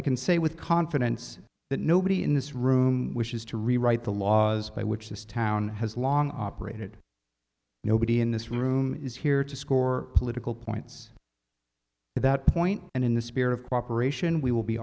i can say with confidence that nobody in this room wishes to rewrite the laws by which this town has long operated nobody in this room is here to score political points at that point and in the spirit of cooperation we will be